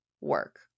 work